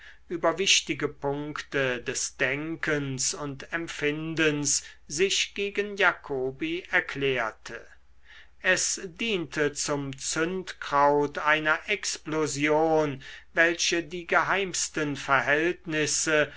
über wichtige punkte des denkens und empfindens sich gegen jacobi erklärte es diente zum zündkraut einer explosion welche die geheimsten verhältnisse